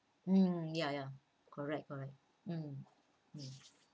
mm ya ya correct correct mm